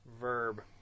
Verb